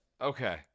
Okay